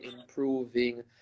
improving